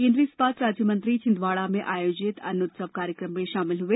केन्द्रीय इस्पात राज्यमंत्री छिन्दवाड़ा में आयोजित अन्न उत्सव कार्यक्रम में शामिल हुए